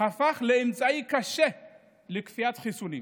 הפך לאמצעי קשה לכפיית חיסונים.